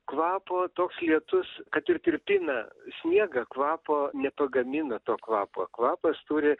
kvapo toks lietus kad ir tirpina sniegą kvapo nepagamina to kvapo kvapas turi